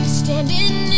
standing